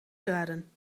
graden